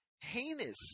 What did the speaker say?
heinous